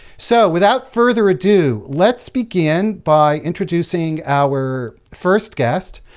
so, without further ado, let's begin by introducing our first guest.